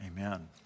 Amen